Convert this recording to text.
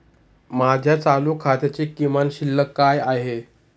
माझ्या चालू खात्याची किमान शिल्लक काय आहे?